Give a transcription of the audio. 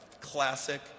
Classic